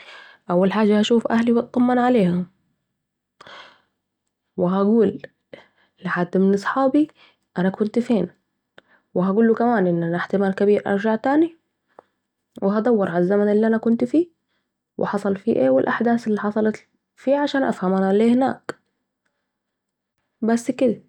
أول حاجة هشوف اهلي و اطمن عليهم ،و هقول لحد من اصحابي أنا كنت فين ، و هقوله كمان ان أنا إحتمال كبير ارجع تاني ، و هدور على الزمن الي أنا كنت فيه حصل فيه ايه و هدور على الأحداث الي حصلت فيه علشان افهم أنا ليه هناك ، بس كده